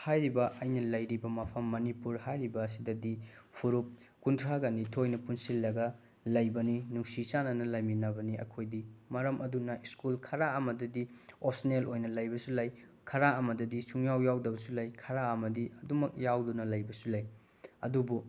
ꯍꯥꯏꯔꯤꯕ ꯑꯩꯅ ꯂꯩꯔꯤꯕ ꯃꯐꯝ ꯃꯅꯤꯄꯨꯔ ꯍꯥꯏꯔꯤꯕ ꯑꯁꯤꯗꯗꯤ ꯐꯨꯔꯨꯞ ꯀꯨꯟꯊ꯭ꯔꯥꯒ ꯅꯤꯊꯣꯏꯅ ꯄꯨꯟꯁꯤꯜꯂꯒ ꯂꯩꯕꯅꯤ ꯅꯨꯡꯁꯤ ꯆꯥꯟꯅꯅ ꯂꯩꯃꯤꯟꯅꯕꯅꯤ ꯑꯩꯈꯣꯏꯗꯤ ꯃꯔꯝ ꯑꯗꯨꯅ ꯁ꯭ꯀꯨꯜ ꯈꯔ ꯑꯃꯗꯗꯤ ꯑꯣꯞꯁꯅꯦꯜ ꯑꯣꯏꯅ ꯂꯩꯕꯁꯨ ꯂꯩ ꯈꯔ ꯑꯃꯗꯗꯤ ꯁꯨꯡꯌꯥꯎ ꯌꯥꯎꯗꯕꯁꯨ ꯂꯩ ꯈꯔ ꯑꯃꯗꯤ ꯑꯗꯨꯃꯛ ꯌꯥꯎꯗꯨꯅ ꯂꯩꯕꯁꯨ ꯂꯩ ꯑꯗꯨꯕꯨ